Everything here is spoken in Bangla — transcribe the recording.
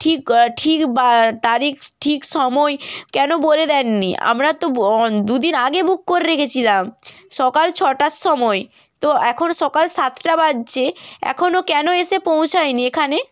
ঠিক ঠিক বা তারিখ ঠিক সময় কেন বলে দেন নি আমরা তো দু দিন আগে বুক করে রেখেছিলাম সকাল ছটার সময় তো এখন সকাল সাতটা বাজছে এখনো কেন এসে পৌঁছায় নি এখানে